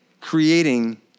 creating